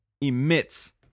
emits